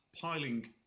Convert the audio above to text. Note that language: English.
Piling